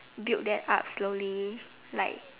build that up slowly slowly